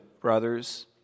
brothers